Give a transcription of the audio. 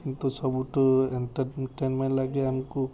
କିନ୍ତୁ ସବୁଠୁ ଏଣ୍ଟରଟେନମେଣ୍ଟ ଲାଗେ ଆମକୁ